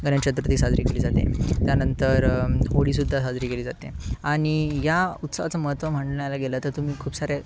गणेश चतुर्थी साजरी केली जाते त्यानंतर होळी सुद्धा साजरी केली जाते आणि या उत्सवाचं महत्त्व म्हणायला गेलं तर तुम्ही खूप सारे